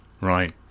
Right